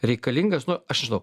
reikalingas nu aš nežinau